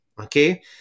okay